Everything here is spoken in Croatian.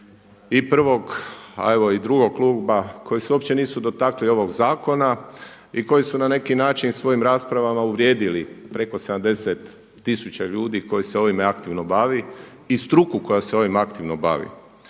i prvog, a evo i drugog kluba koji se uopće nisu dotakli ovog zakona i koji su na neki način svojim raspravama uvrijedili preko 70 tisuća koji se ovime aktivno bavi i struku koja se ovim aktivno bavi.